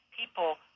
people